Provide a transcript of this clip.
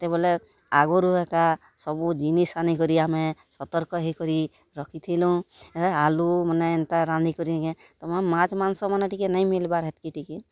କେତେବେଲେ ଆଗ୍ରୁ ଏକା ସବୁ ଜିନିଷ୍ ଆନିକରି ଆମେ ସତର୍କ ହେଇକରି ରଖିଥିଲୁଁ ଆଲୁ ମାନେ ଏନ୍ତା ରାନ୍ଧିକରି ଯେ ମାଛ୍ ମାଂସ୍ମାନେ ଟିକେ ନାଇ ମିଲ୍ବାର୍ ହେତ୍କି ଟିକେ